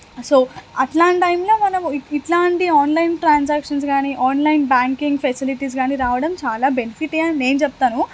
so అట్లాంటి టైంలో మనము ఇట్లాంటి ఆన్లైన్ ట్రాన్సాక్షన్స్ గానీ ఆన్లైన్ బ్యాంకింగ్ ఫెసిలిటీస్ గానీ రావడం చాలా బెనిఫిటే అని నేను చెప్తాను